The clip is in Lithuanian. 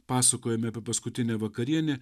pasakojame apie paskutinę vakarienę